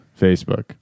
Facebook